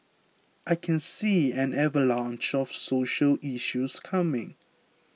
I can see an avalanche of social issues coming